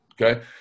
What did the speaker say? Okay